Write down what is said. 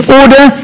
order